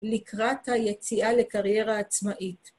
לקראת היציאה לקריירה עצמאית.